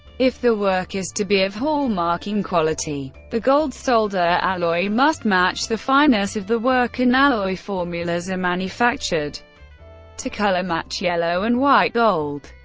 if the work is to be of hallmarking quality, quality, the gold solder alloy must match the fineness of the work, and alloy formulas are manufactured to color-match yellow and white gold.